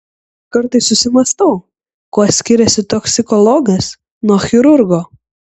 kartais susimąstau kuo skiriasi toksikologas nuo chirurgo